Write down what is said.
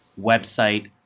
website